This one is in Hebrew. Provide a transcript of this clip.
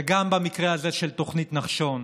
וגם במקרה הזה של תוכנית נחשון.